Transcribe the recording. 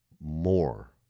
more